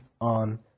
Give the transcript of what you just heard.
on